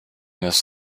this